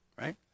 right